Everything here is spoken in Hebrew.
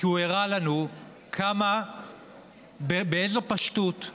כי הוא הראה לנו באיזו "פשטות"